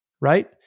right